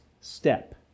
step